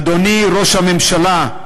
אדוני ראש הממשלה,